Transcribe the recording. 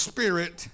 Spirit